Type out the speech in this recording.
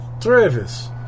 Travis